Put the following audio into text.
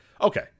okay